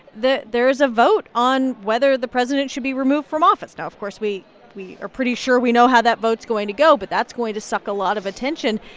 there is a vote on whether the president should be removed from office. now, of course, we we are pretty sure we know how that vote's going to go. but that's going to suck a lot of attention.